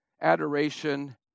adoration